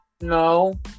No